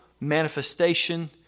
manifestation